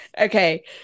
okay